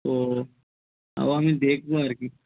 তো তাও আমি দেখব আর কি